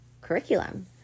curriculum